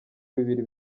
bibiri